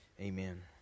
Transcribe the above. Amen